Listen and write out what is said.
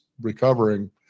recovering